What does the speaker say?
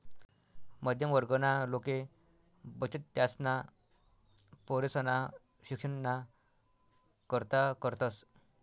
मध्यम वर्गना लोके बचत त्यासना पोरेसना शिक्षणना करता करतस